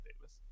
Davis